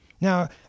Now